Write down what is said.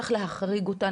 צריך להחריג אותה.